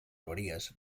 avaries